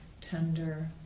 tender